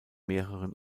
mehreren